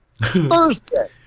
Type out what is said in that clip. Thursday